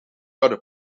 other